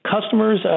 customers